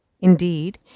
Indeed